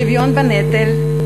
שוויון בנטל,